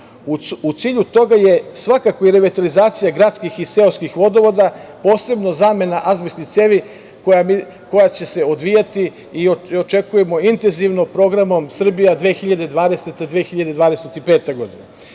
cilju toga je svakako i revitalizacija gradskih i seoskih vodovoda, posebno zamena azbestnih cevi, koja će se odvijati i očekujemo intenzivno Programom „Srbija 2025“. Cilj